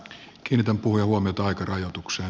kiinnitän puhujan huomiota aikarajoitukseen